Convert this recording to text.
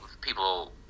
people